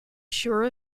sure